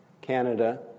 Canada